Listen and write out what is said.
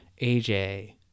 AJ